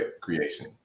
creation